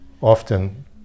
often